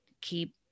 keep